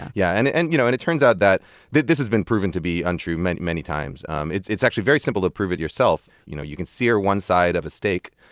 yeah and it and you know and it turns out that that this has been proven to be untrue many many times um it's it's actually very simple to prove it yourself. you know you can sear one side of a steak,